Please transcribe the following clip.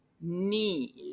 need